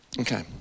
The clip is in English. Okay